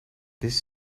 this